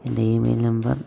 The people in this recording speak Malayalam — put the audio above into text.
എൻ്റെ ഇമെയിൽ നമ്പർ